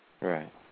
Right